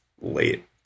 late